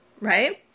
right